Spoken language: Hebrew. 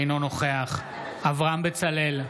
אינו נוכח אברהם בצלאל,